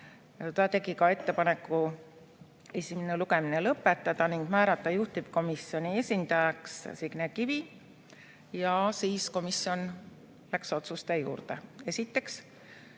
Ta tegi ka ettepaneku esimene lugemine lõpetada ning määrata juhtivkomisjoni esindajaks Signe Kivi. Siis läks komisjon otsuste juurde. Esiteks,